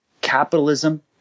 capitalism